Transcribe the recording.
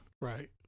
Right